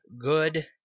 good